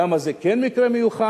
למה זה כן מקרה מיוחד,